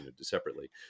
separately